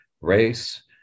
race